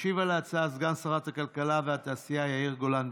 ישיב על ההצעה סגן שרת הכלכלה והתעשייה יאיר גולן.